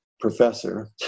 professor